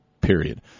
period